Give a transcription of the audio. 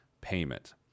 payment